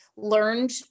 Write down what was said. learned